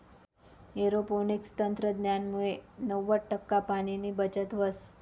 aeroponics तंत्रज्ञानमुये नव्वद टक्का पाणीनी बचत व्हस